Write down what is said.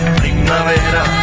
primavera